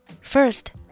First